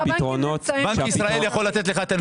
בנק ישראל יכול לתת לך את הנתונים.